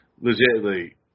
Legitimately